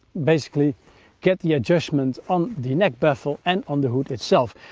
basically get the adjustment on the neck baffle, and on the hood itself.